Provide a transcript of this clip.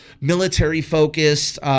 military-focused